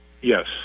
Yes